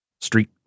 street